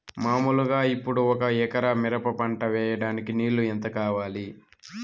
మామూలుగా ఇప్పుడు ఒక ఎకరా మిరప పంట వేయడానికి నీళ్లు ఎంత కావాలి?